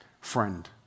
friend